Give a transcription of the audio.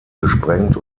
gesprengt